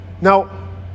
Now